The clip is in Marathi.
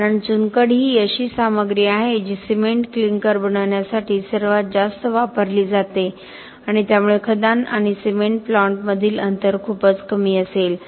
कारण चुनखडी ही अशी सामग्री आहे जी सिमेंट क्लिंकर बनवण्यासाठी सर्वात जास्त वापरली जाते आणि त्यामुळे खदान आणि सिमेंट प्लांटमधील अंतर खूपच कमी असेल